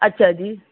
ਅੱਛਾ ਜੀ